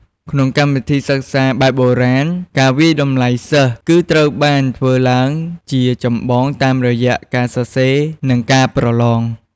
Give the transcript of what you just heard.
ក្នុងកម្មវិធីសិក្សាបែបបុរាណ ការវាយតម្លៃសិស្ស គឺត្រូវបានធ្វើឡើងជាចម្បងតាមរយៈ ការសរសេរ និង ការប្រឡង។